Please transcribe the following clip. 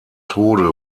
tode